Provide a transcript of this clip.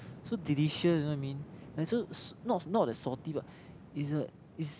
so delicious you know what I mean like so not not the salty but is a is